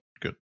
Good